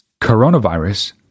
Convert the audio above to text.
Coronavirus